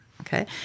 Okay